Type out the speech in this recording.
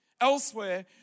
elsewhere